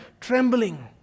trembling